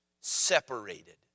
Separated